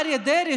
אריה דרעי,